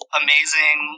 amazing